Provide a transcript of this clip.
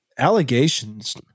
Allegations